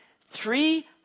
Three